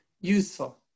useful